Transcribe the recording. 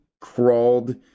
crawled